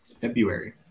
February